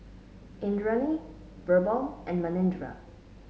Indranee BirbaL and Manindra